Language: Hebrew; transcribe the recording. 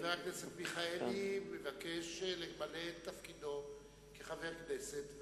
חבר הכנסת מיכאלי מבקש למלא את תפקידו כחבר כנסת,